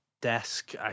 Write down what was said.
desk